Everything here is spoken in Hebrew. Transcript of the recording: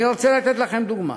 אני רוצה לתת לכם דוגמה: